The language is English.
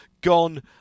gone